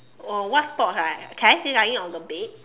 oh what sports right can I say lying on the bed